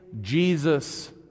Jesus